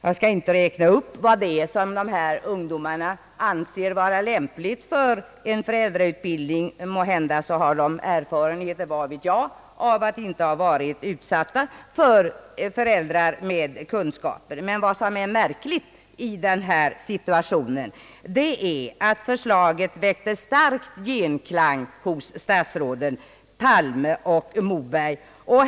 Jag skall inte räkna upp vad dessa ungdomar anser vara lämpligt för en föräldrautbildning. Måhända har de erfarenheter — vad vet jag — av att inte ha haft föräldrar med kunskaper. Vad som emellertid är märkligt är att deras förslag väckte stark genklang hos statsråden Palme och Moberg.